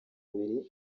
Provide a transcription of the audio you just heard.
abiri